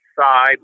side